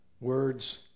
Words